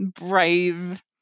brave